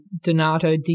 Donato